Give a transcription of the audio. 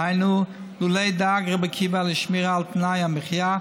דהיינו, לולא דאג רבי עקיבא לשמירה על תנאי המחיה,